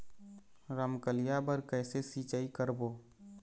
रमकलिया बर कइसे सिचाई करबो?